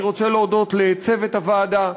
אני רוצה להודות לצוות הוועדה.